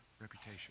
reputation